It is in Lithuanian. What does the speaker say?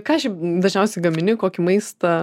ką šiaip dažniausiai gamini kokį maistą